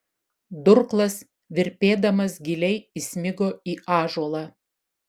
durklas virpėdamas giliai įsmigo į ąžuolą